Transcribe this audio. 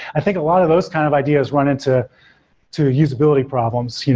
i think a lot of those kind of ideas run into to usability problems,